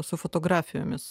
su fotografijomis